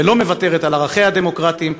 ולא מוותרת על ערכיה הדמוקרטיים,